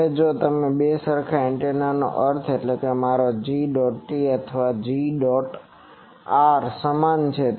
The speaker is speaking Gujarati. હવે જો બે સરખા એન્ટેનાનો અર્થ છે કે મારો Got અને Gor સમાન છે